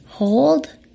Hold